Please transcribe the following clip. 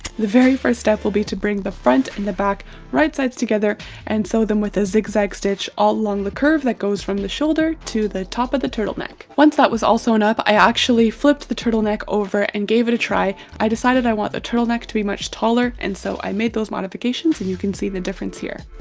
the very first step will be to bring the front and the back right sides together and sew them with a zigzag stitch all along the curve that goes from the shoulder to the top of the turtleneck once that was all sewn up, i actually flipped the turtleneck over and gave it a try. i decided i want the turtleneck to be much taller and so i made those modifications and you can see the difference here.